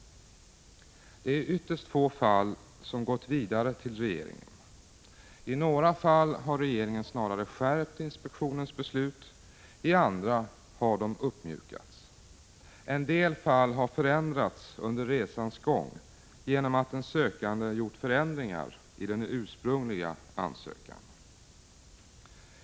Det är ytterst få fall som har gått vidare till regeringen. I några fall har regeringen snarare skärpt inspektionens beslut, i andra har de uppmjukats. En del fall har förändrats under resans gång genom att den sökande gjort förändringar i den ursprungliga ansökan.